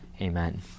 Amen